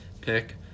pick